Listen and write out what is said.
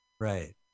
Right